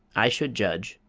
i should judge,